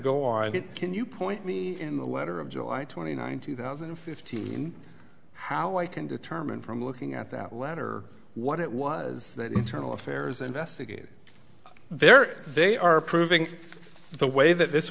go on and it can you point me in the letter of july twenty ninth two thousand and fifteen how i can determine from looking at that letter what it was that internal affairs investigation there they are approving the way that this